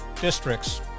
districts